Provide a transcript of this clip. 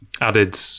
Added